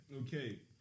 Okay